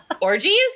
Orgies